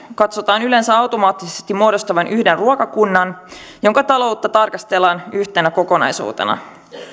katsotaan yleensä automaattisesti muodostavan yhden ruokakunnan jonka taloutta tarkastellaan yhtenä kokonaisuutena